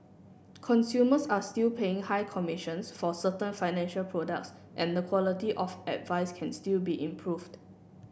consumers are still paying high commissions for certain financial products and the quality of advice can still be improved